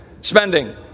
spending